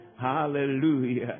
Hallelujah